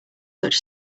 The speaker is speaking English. such